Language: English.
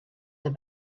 den